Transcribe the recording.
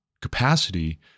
capacity